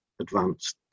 advanced